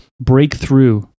breakthrough